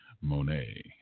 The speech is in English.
Monet